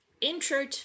intro